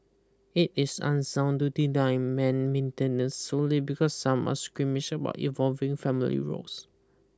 it is unsound to deny men maintenance solely because some are squeamish about evolving family roles